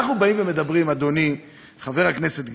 אנחנו אומרים, אדוני חבר הכנסת גליק,